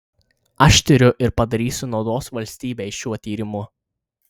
aš tiriu ir padarysiu naudos valstybei šiuo tyrimu